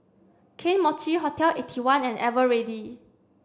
Kane Mochi Hotel eighty one and Eveready